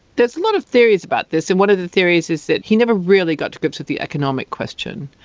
there's a lot of theories about this, and one of the theories is that he never really got to grips with the economic question,